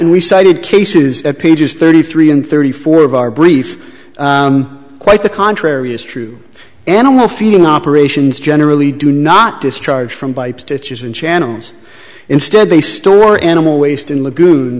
we cited cases at pages thirty three and thirty four of our brief quite the contrary is true animal feeding operations generally do not discharge from by pitches and channels instead they store animal waste in lag